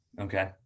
Okay